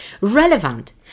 Relevant